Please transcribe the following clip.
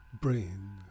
brain